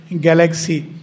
Galaxy